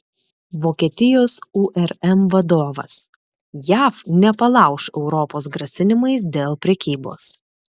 vokietijos urm vadovas jav nepalauš europos grasinimais dėl prekybos